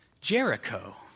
Jericho